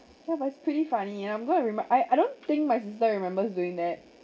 ya but it's pretty funny and I'm going to remember I I don't think my sister remembers doing that